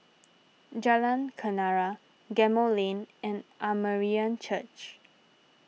Jalan Kenarah Gemmill Lane and Armenian Church